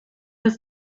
his